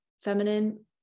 feminine